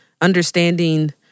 understanding